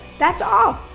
that's all,